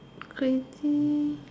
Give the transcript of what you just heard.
crazy